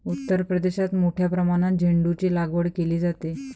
उत्तर प्रदेशात मोठ्या प्रमाणात झेंडूचीलागवड केली जाते